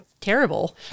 terrible